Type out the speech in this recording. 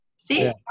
See